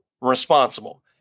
responsible